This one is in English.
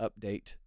update